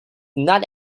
not